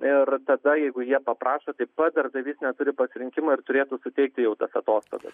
ir tada jeigu jie paprašo taip pat darbdavys neturi pasirinkimo ir turėtų suteikti jau tas atostogas